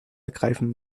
ergreifen